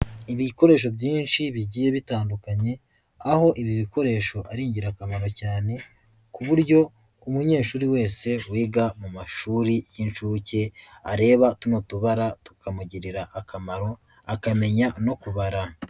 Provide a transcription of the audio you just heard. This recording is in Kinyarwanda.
Ibikoresho byinshi bigiye bitandukanye, aho ibi bikoresho ari ingirakamaro cyane, ku buryo umunyeshuri wese wiga mu mashuri y'inshuke, areba tuno tubara tukamugirira akamaro, akamenya no kubara.